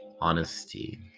honesty